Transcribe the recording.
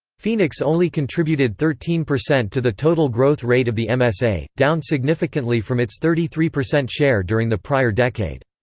phoenix only contributed thirteen percent to the total growth rate of the msa, down significantly from its thirty three percent share during the prior decade.